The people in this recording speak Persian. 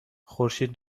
خورشید